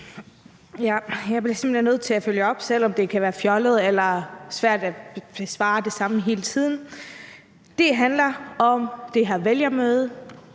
simpelt hen nødt til at følge op, selv om det kan være fjollet eller svært at besvare det samme spørgsmål hele tiden. Det handler om det her vælgermøde,